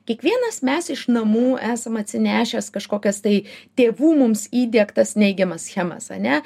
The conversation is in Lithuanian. kiekvienas mes iš namų esam atsinešęs kažkokias tai tėvų mums įdiegtas neigiamas schemas ane